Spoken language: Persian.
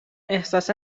احساس